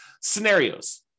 scenarios